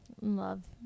Love